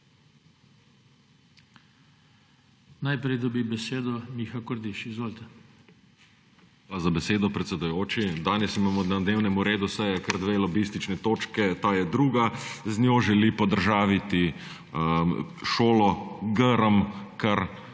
Najprej dobi besedo Miha Kordiš. MIHA KORDIŠ (PS Levica): Hvala za besedo, predsedujoči. Danes imamo na dnevnem redu seje kar dve lobistični točki. Ta je druga. Z njo želi podržaviti šolo Grm kar